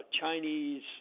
Chinese